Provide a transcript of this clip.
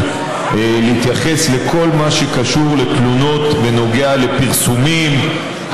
להתייחס לכל מה שקשור לתלונות בנוגע לפרסומים,